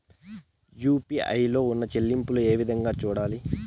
UPI లో ఉన్న చెల్లింపులు ఏ విధంగా సూడాలి